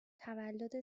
تولد